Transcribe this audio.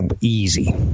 easy